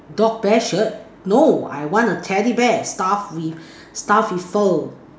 dog bear shirt no I want a teddy bear stuffed with stuffed with fur